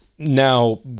now